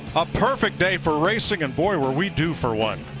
a perfect day for racing and boy were we due for one.